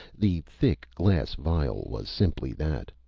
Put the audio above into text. the thick-glass phial was simply that.